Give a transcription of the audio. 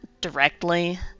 directly